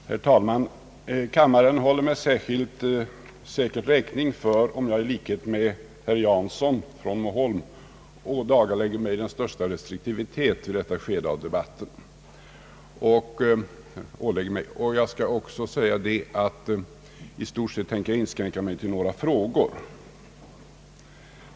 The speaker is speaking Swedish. Herr talman! Kammaren håller mig säkert räkning för om jag i likhet med herr Jansson i Moholm ålägger mig den största restriktivitet i detta skede av debatten. Jag skall också i stort sett inskränka mig till några frågor.